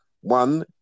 One